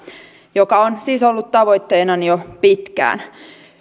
joka on siis ollut tavoitteenani jo pitkään